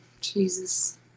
Jesus